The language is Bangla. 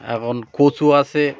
এখন কচু আছে